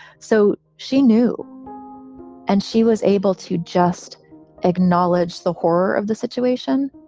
so she knew and she was able to just acknowledge the horror of the situation.